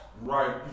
Right